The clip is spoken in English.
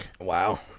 Wow